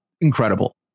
incredible